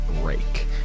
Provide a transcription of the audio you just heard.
break